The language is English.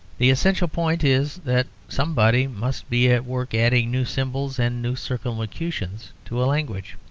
the essential point is that somebody must be at work adding new symbols and new circumlocutions to a language.